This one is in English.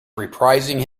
reprising